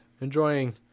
enjoying